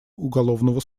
уголовного